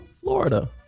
Florida